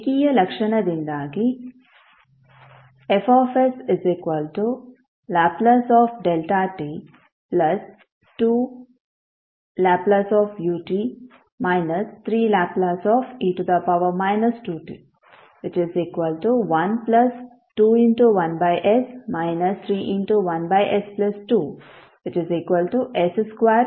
ರೇಖೀಯ ಲಕ್ಷಣದಿಂದಾಗಿ F Lδ 2 Lu − 3Le−2t 121s 31s2s2s4ss2 ಆಗಿದೆ